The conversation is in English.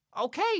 okay